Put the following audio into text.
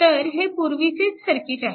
तर हे पूर्वीचेच सर्किट आहे